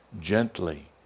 gently